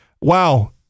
Wow